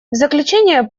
заключение